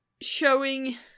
showing